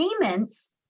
payments